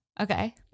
Okay